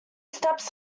steps